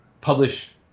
publish